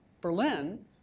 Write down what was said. Berlin